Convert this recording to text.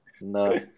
No